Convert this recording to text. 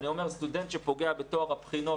אני אומר שסטודנט שפוגע בטוהר הבחינות,